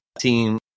team